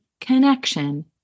connection